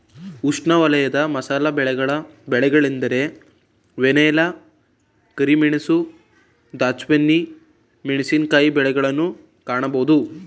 ಉಷ್ಣವಲಯದ ಮಸಾಲೆ ಬೆಳೆಗಳ ಬೆಳೆಗಳೆಂದರೆ ವೆನಿಲ್ಲಾ, ಕರಿಮೆಣಸು, ದಾಲ್ಚಿನ್ನಿ, ಮೆಣಸಿನಕಾಯಿ ಬೆಳೆಗಳನ್ನು ಕಾಣಬೋದು